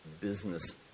business